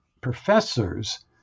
professors